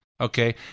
Okay